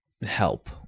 help